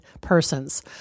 persons